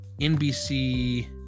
NBC